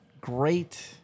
great